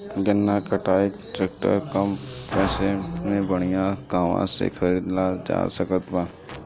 गन्ना कटाई ट्रैक्टर कम पैसे में बढ़िया कहवा से खरिदल जा सकत बा?